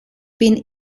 been